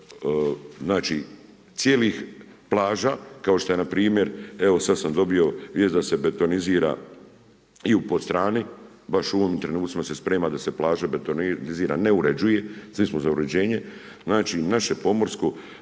znači cijelih plaža kao što je na primjer, evo sada sam dobio vijest da se betonizira i u Podstrani, baš u ovim trenutcima se sprema da se plaža betonizira, ne uređuje, svi smo za uređenje. Znači naše pomorsko